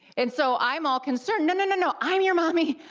and so i'm all concerned, no, no, no, no, i'm your mommy,